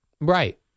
Right